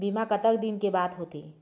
बीमा कतक दिन के होते?